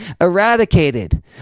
eradicated